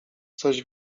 coś